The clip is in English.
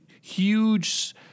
huge